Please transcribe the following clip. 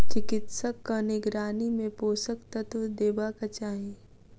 चिकित्सकक निगरानी मे पोषक तत्व देबाक चाही